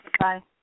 Bye